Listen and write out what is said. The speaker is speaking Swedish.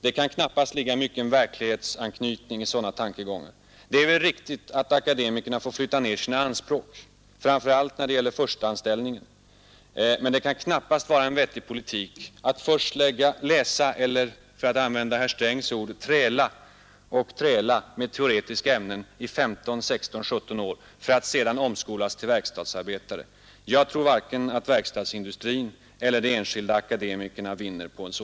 Det kan knappast ligga mycket verklighetsanknytning i sådana tankegångar. Det är väl riktigt att akademikerna får flytta ned sina anspråk, framför allt när det gäller den första anställningen, men det kan knappast vara en vettig politik att först läsa eller, för att använda herr Strängs ord, träla och träla med teoretiska ämnen i 15, 16, 17 år för att sedan omskolas till verkstadsarbetare. En sådan ordning tror jag att varken verkstadsindustrin eller de enskilda akademikerna vinner på.